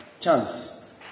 chance